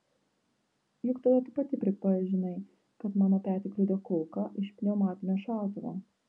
juk tada tu pati pripažinai kad mano petį kliudė kulka iš pneumatinio šautuvo